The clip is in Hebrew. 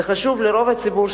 זה חשוב לרוב הציבור,